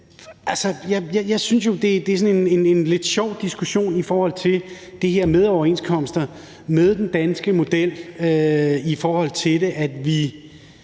Jeg synes jo, det er sådan en lidt sjov diskussion i forhold til det her med overenskomster og med den danske model. Vi blander os på